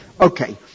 Okay